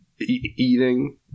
eating